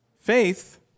Faith